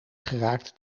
geraakt